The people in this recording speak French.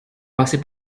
passé